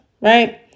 right